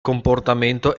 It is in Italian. comportamento